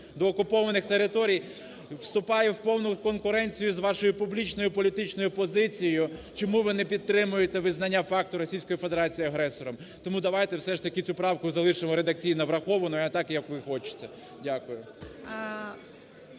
до окупованих територій вступає у повну конкуренцію з вашою публічною політичною позицією, чому ви не підтримуєте визнання факту Російської Федерації агресором. Тому давайте все ж таки цю правку залишило редакційно врахованою, так, як ви хочете. Дякую.